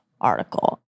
article